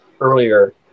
earlier